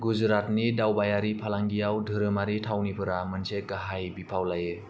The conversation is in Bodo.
गुजरातनि दावबायारि फालांगियाव धोरोमारि थावनिफोरा मोनसे गाहाय बिफाव लायो